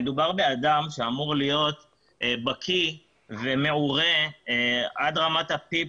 מדובר באדם שאמור להיות בקי ומעורה עד רמת הפיפס,